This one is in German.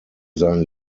seinen